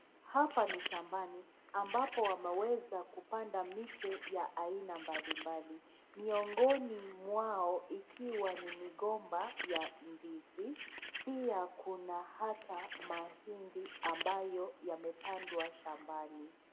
Hapa ni shambani ambapo wameweza kupanda miche ya haina mbalimbali, miongoni mwao ikiwa ni migomba ya ndizi, pia kuna hata mahindi ambayo yamepandwa shambani.